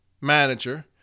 manager